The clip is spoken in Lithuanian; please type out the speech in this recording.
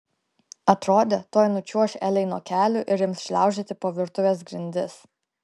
atrodė tuoj nučiuoš elei nuo kelių ir ims šliaužioti po virtuvės grindis